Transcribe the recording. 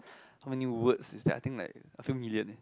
how many words is that I think like two million